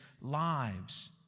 lives